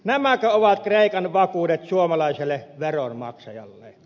nämäkö ovat kreikan vakuudet suomalaiselle veronmaksajalle